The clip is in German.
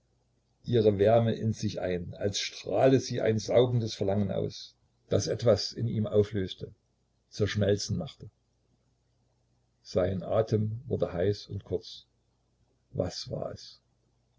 ihre wärme in sich ein als strahle sie ein saugendes verlangen aus das etwas in ihm auflöste zerschmelzen machte sein atem wurde heiß und kurz was war es